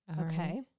Okay